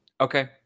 okay